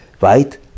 right